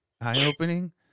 eye-opening